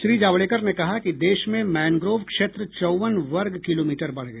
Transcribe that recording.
श्री जावड़ेकर ने कहा कि देश में मैनग्रोव क्षेत्र चौवन वर्ग किलोमीटर बढ़ गया